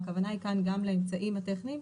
הכוונה היא כאן גם לאמצעים הטכניים